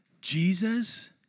Jesus